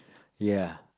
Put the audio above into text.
ya